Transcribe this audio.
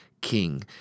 King